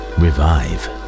revive